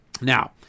Now